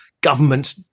government